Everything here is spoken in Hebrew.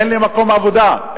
אין לי מקום עבודה,